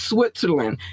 Switzerland